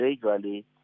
gradually